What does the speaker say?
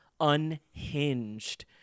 unhinged